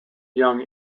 young